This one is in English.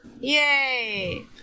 Yay